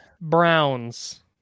Browns